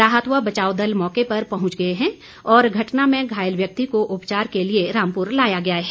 राहत व बचाव दल मौके पर पहुंच गए हैं और घटना में घायल व्यक्ति को उपचार के लिए रामपुर लाया गया है